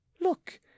look